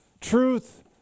Truth